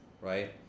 right